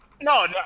No